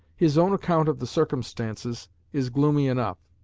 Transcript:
his own account of the circumstances is gloomy enough.